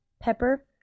Pepper